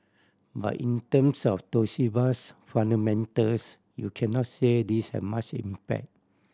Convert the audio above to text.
but in terms of Toshiba's fundamentals you cannot say this has much impact